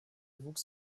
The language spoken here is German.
wuchs